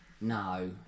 No